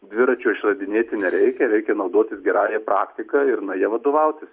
dviračio išradinėti nereikia reikia naudotis gerąja praktika ir na ja vadovautis